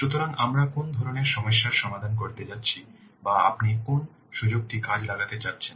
সুতরাং আমরা কোন ধরণের সমস্যার সমাধান করতে যাচ্ছি বা আপনি কোন সুযোগটি কাজে লাগাতে চলেছেন